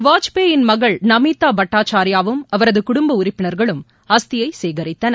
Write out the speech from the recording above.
வாஜ்பாயின் மகள் நமிதா பட்டாக்சாரியாவும் அவரது குடும்ப உறுப்பினர்களும் அஸ்தியை சேகரித்தனர்